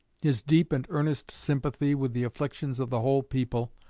his deep and earnest sympathy with the afflictions of the whole people,